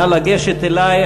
נא לגשת אלי,